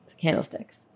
candlesticks